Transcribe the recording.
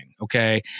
Okay